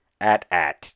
at-at